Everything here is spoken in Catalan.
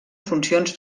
funcions